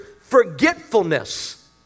forgetfulness